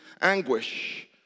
anguish